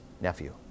nephew